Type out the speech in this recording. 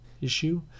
issue